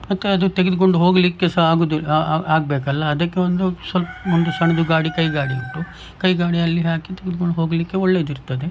ಮತ್ತೆ ಅದು ತೆಗೆದುಕೊಂಡು ಹೋಗಲಿಕ್ಕೆ ಸಹ ಆಗೋದಿಲ್ಲ ಆಗಬೇಕಲ್ಲ ಅದಕ್ಕೆ ಒಂದು ಸ್ವಲ್ಪ ಒಂದು ಸಣ್ಣದು ಗಾಡಿ ಕೈ ಗಾಡಿ ಉಂಟು ಕೈ ಗಾಡಿಯಲ್ಲಿ ಹಾಕಿ ತೆಗೆದುಕೊಂಡು ಹೋಗಲಿಕ್ಕೆ ಒಳ್ಳೆಯದಿರ್ತದೆ